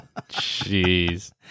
Jeez